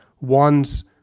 one's